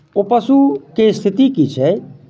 ओ पशुके स्थिति की छै